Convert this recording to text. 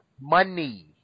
money